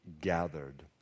gathered